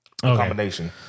combination